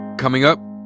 coming up,